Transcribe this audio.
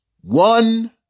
one